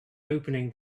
opening